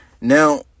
now